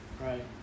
Right